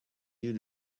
you